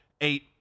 eight